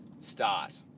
start